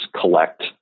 collect